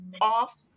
off